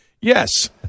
yes